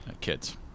kids